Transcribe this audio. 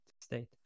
state